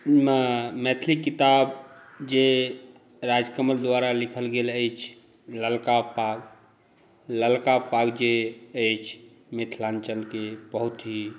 मे मैथिली किताब जे राजकमल द्वारा लिखल गेल अछि ललका पाग ललका पाग जे अछि मिथिलाञ्चलके बहुत ही